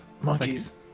Monkeys